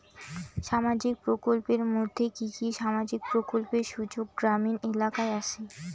সামাজিক প্রকল্পের মধ্যে কি কি সামাজিক প্রকল্পের সুযোগ গ্রামীণ এলাকায় আসে?